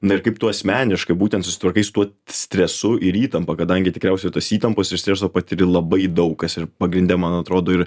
na ir kaip tu asmeniškai būtent susitvarkai su tuo stresu ir įtampa kadangi tikriausiai tos įtampos ir streso patiri labai daug kas ir pagrinde man atrodo ir